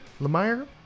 lemire